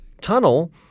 tunnel